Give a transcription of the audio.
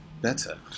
better